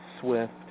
swift